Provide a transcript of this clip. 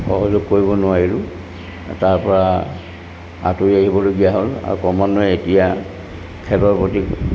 সহযোগ কৰিব নোৱাৰিলোঁ তাৰ পৰা আঁতৰি আহিবলগীয়া হ'ল আৰু ক্ৰমান্বয়ে এতিয়া খেলৰ প্ৰতি